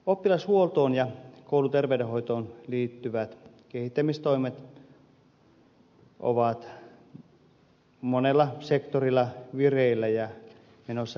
oppilashuoltoon ja kouluterveydenhoitoon liittyvät kehittämistoimet ovat monella sektorilla vireillä ja menossa eteenpäin